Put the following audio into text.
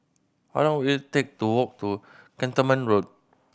how long will it take to walk to Cantonment Road